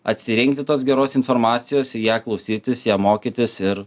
atsirinkti tos geros informacijos ją klausytis ją mokytis ir